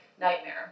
nightmare